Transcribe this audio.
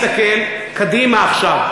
אני מסתכל קדימה עכשיו.